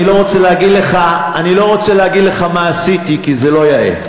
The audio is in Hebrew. אני לא רוצה להגיד לך מה עשיתי כי זה לא יאה.